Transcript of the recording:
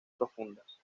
profundas